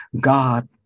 God